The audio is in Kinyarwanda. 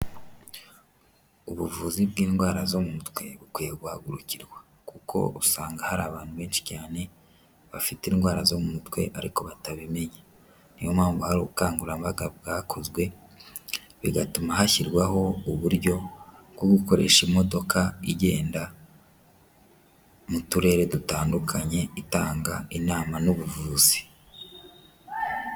Ubuvuzi bw'indwara zo mu mutwe bukwiye guhagurukirwa, kuko usanga hari abantu benshi cyane bafite indwara zo mu mutwe ariko batabimenya niyo mpamvu hari ubukangurambaga bwakozwe bigatuma hashyirwaho uburyo bwo gukoresha imodoka igenda mu turere dutandukanye itanga inama n'ubuvuzi.